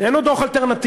זה איננו דוח אלטרנטיבי,